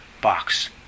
box